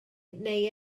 neu